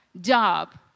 job